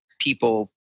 people